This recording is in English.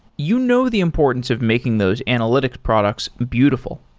you know the importance of making those analytic products beautiful.